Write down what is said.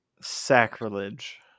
Sacrilege